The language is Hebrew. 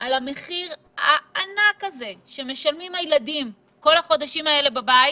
על המחיר הענק הזה שמשלמים הילדים כל החודשים האלה בבית?